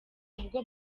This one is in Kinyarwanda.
ubwo